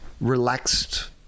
relaxed